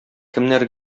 кемнәр